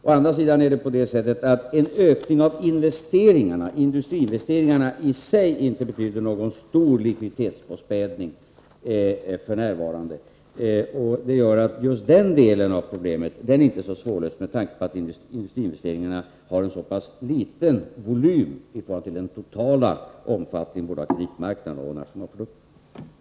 Å andra sidan är det på det sättet att en ökning av industriinvesteringarna i sig inte betyder någon stor likviditetspåspädning f.n. Det gör att just den delen av problemet inte är så svårlöst med tanke på att industriinvesteringarna har en så pass liten volym i förhållande till den totala omfattningen av kreditmarknaden och nationalprodukten.